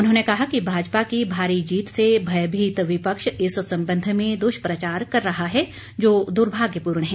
उन्होंने कहा कि भाजपा की भारी जीत से भयभीत विपक्ष इस संबंध में दुष्प्रचार कर रहा है जो दुर्भाग्यपूर्ण है